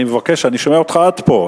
אני מבקש, אני שומע אותך עד פה.